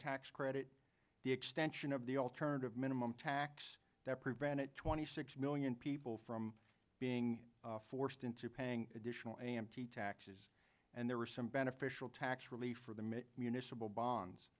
tax credit the extension of the alternative minimum tax that prevented twenty six million people from being forced into paying additional a m t taxes and there were some beneficial tax relief for the mid municipal bonds